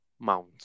Mount